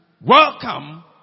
welcome